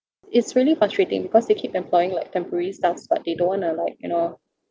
it's really frustrating because they keep employing like temporary staffs but they don't want to like you know